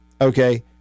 okay